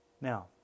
Now